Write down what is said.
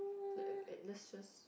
let uh let's just